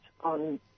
on